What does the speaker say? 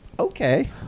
Okay